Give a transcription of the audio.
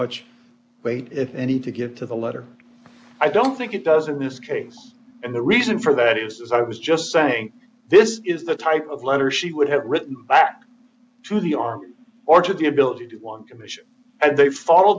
much weight if any to give to the letter i don't think it does in this case and the reason for that is as i was just saying this is the type of letter she would have written back to the arm or to the ability to one commission and they follow